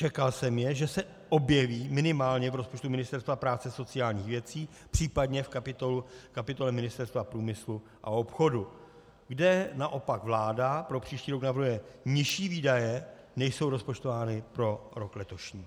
Čekal jsem, že se objeví minimálně v rozpočtu Ministerstva práce a sociálních věcí, případně v kapitole Ministerstva průmyslu a obchodu, kde naopak vláda pro příští rok navrhuje nižší výdaje, než jsou rozpočtovány pro rok letošní.